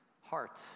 heart